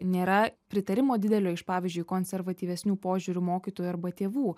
nėra pritarimo didelio iš pavyzdžiui konservatyvesniu požiūriu mokytojų arba tėvų